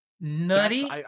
nutty